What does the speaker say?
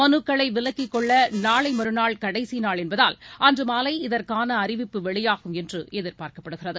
மனுக்களை விலக்கிக் கொள்ள நாளை மறுநாள் கடைசிநாள் என்பதால் அன்று மாலை இதற்கான அறிவிப்பு வெளியாகும் என்று எதிர்பார்க்கப்படுகிறது